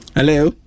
Hello